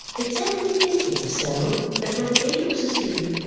it set me thinking so that when ada was asleep,